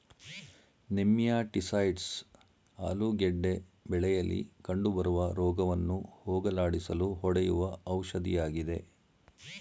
nematicides ಆಲೂಗೆಡ್ಡೆ ಬೆಳೆಯಲಿ ಕಂಡುಬರುವ ರೋಗವನ್ನು ಹೋಗಲಾಡಿಸಲು ಹೊಡೆಯುವ ಔಷಧಿಯಾಗಿದೆ